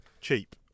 Cheap